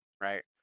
right